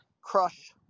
crush